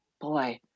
Boy